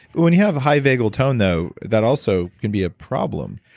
when you have high vagal tone though that also can be a problem.